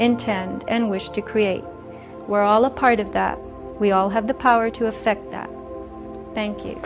intend and wish to create we're all a part of that we all have the power to affect that thank you